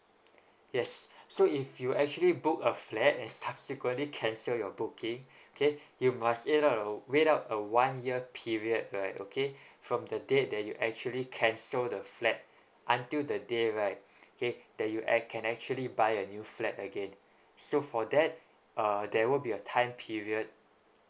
yes so if you actually book a flat and subsequently cancel your booking okay you must wait up wait up a one year period right okay from the date that you actually cancel the flat until the day right okay that you act can actually buy a new flat again so for that uh there will be a time period